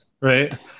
right